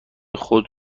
خود